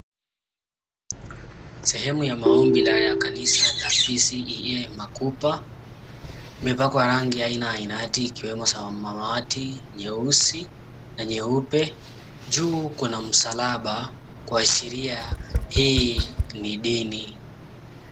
Sehemu ya maombi ya kanisa la PCEA ya Makupa imepakwa rangi aina ya hinati ikiwemo ya samawati, nyeusi na nyeupe. Juu kuna msalaba kuashiria hii ni dini.